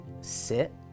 sit